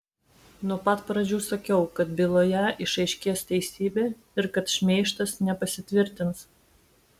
nuo pat pradžių sakiau kad byloje išaiškės teisybė ir kad šmeižtas nepasitvirtins